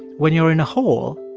when you're in a hole,